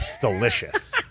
Delicious